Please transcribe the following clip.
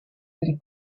del